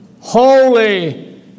Holy